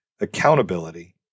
accountability